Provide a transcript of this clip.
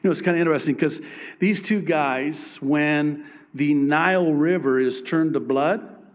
you know it's kind of interesting because these two guys, when the nile river is turned to blood,